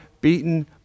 beaten